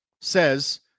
says